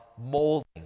molding